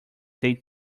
they